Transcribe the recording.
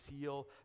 seal